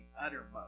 uttermost